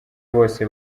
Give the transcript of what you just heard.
bose